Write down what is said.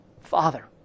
Father